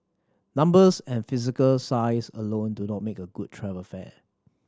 numbers and physical size alone do not make a good travel fair